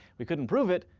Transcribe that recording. we couldn't prove it,